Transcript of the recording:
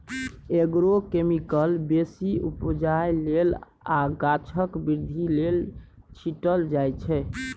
agrochemicals बेसी उपजा लेल आ गाछक बृद्धि लेल छीटल जाइ छै